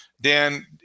Dan